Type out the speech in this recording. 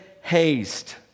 haste